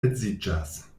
edziĝas